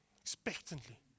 expectantly